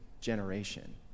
generation